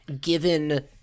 given